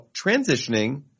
transitioning